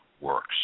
works